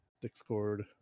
Discord